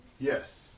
Yes